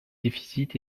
déficit